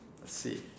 see